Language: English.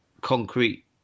concrete